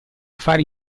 affari